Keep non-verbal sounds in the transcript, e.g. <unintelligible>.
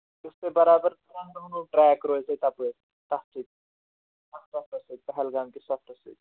یُس تۄہہِ برابر ژوٚن دۄہَن ہُنٛد ٹرٛیک روزِ تۄہہِ تَپٲرۍ تَتھ سۭتۍ سَفرَس <unintelligible> پہلگامکِس سَفرس سۭتۍ